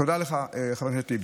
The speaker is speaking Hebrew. תודה לך, חבר הכנסת טיבי.